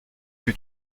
que